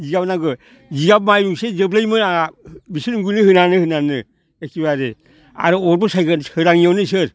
जिगाब नांगौ जिगाब माइहुंसे जोबलायोमोन आंहा बिसोरनो उन्दुनो होनाै होनानैनो एखेबारे आरो अरबो साइगोन सोराङिआवनो बिसोरो